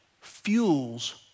fuels